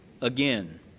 again